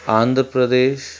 Andhra Pradesh